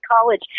college